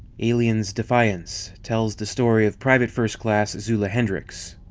aliens defiance tells the story of private first class zula hendricks,